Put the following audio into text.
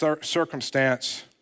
circumstance